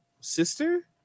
sister